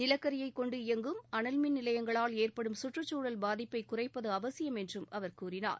நிலக்கரியைக் கொண்டு இயங்கும் அனல் மின் நிலையங்களால் ஏற்படும் சுற்றுச்சூழல் பாதிப்பை குறைப்பது அவசியம் என்றும் அவர் கூறினார்